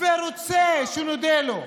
ורוצה שנודה לו.